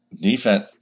Defense